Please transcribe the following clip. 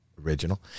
original